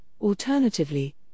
Alternatively